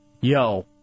Yo